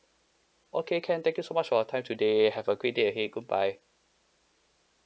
okay can thank you so much for your time today have a great day ahead goodbye